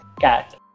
Cat